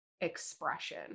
expression